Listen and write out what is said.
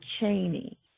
Cheney